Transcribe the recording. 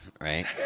right